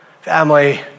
Family